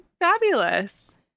fabulous